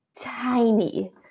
tiny